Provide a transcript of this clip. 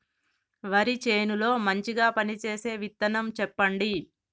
వరి చేను లో మంచిగా పనిచేసే విత్తనం చెప్పండి?